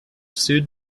sued